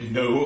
no